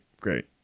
great